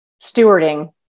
stewarding